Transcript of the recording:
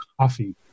coffee